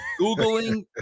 Googling